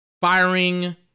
Firing